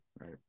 right